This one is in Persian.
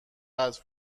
قدر